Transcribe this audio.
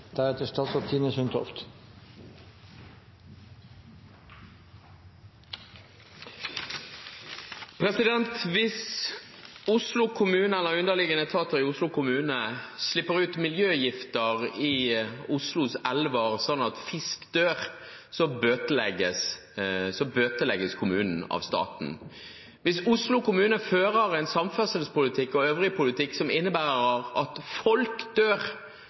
Hvis Oslo kommune eller underliggende etater i Oslo kommune slipper ut miljøgifter i Oslos elver, slik at fisk dør, bøtelegges kommunen av staten. Hvis Oslo kommune fører en samferdselspolitikk og øvrig politikk som innebærer at folk dør,